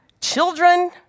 children